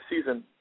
season